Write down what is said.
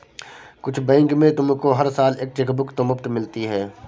कुछ बैंक में तुमको हर साल एक चेकबुक तो मुफ़्त मिलती है